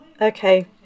okay